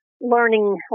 learning